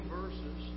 verses